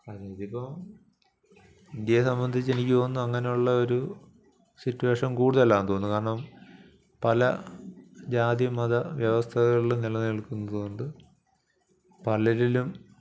അല്ലെങ്കിൽ ഇപ്പോൾ ഇന്ത്യയെ സംബന്ധിച്ച് എനിക്ക് തോന്നുന്നു അങ്ങനെയുള്ള ഒരു സിറ്റുവേഷൻ കൂടുതലാണെന്നു തോന്നുന്നു കാരണം പല ജാതി മത വ്യവസ്ഥകളിൽ നിലനിൽക്കുന്നതു കൊണ്ട് പലരിലും